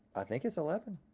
i think it's eleven.